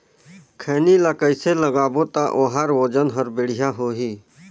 खैनी ला कइसे लगाबो ता ओहार वजन हर बेडिया होही?